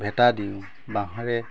ভেটা দিওঁ বাঁহৰে